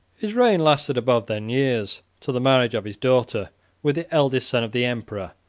his reign lasted above ten years, till the marriage of his daughter with the eldest son of the emperor,